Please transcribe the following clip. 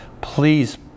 Please